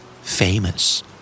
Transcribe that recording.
Famous